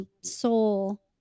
soul